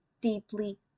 deeply